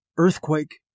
Earthquake